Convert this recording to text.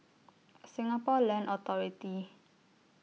Singapore Land Authority